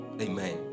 Amen